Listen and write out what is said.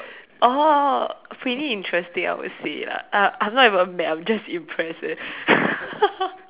oh really interesting I will say lah uh I'm not even mad I'm just impressed eh